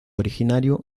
originario